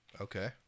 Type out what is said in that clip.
Okay